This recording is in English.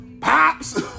Pops